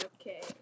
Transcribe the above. okay